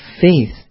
faith